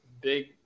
big